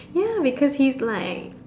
ya because he's like